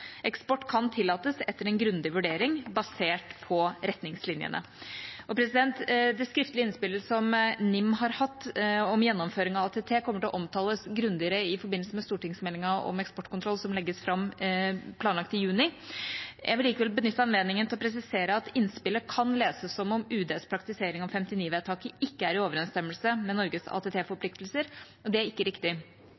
Eksport kan tillates etter en grundig vurdering basert på retningslinjene. Det skriftlige innspillet som NIM har hatt om gjennomføringen av ATT, kommer til å omtales grundigere i forbindelse med stortingsmeldinga om eksportkontroll, som legges fram planlagt i juni. Jeg vil likevel benytte anledningen til å presisere at innspillet kan leses som om UDs praktisering av 1959-vedtaket ikke er i overensstemmelse med Norges ATT-forpliktelser, men det er ikke riktig. Regjeringa er enig i NIMs presisering om at ATT